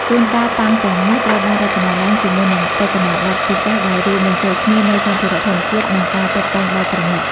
ជួនកាល តង់ទាំងនេះត្រូវបានរចនាឡើងជាមួយនឹងរចនាបថពិសេស ដែលរួមបញ្ចូលគ្នានូវសម្ភារៈធម្មជាតិ និងការតុបតែងបែបប្រណីត។